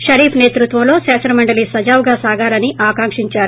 షరీఫ్ నేతృత్వంలో శాసనమండలి సజావుగా సాగాలని ఆకాంకించారు